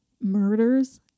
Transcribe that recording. murders